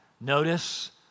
Notice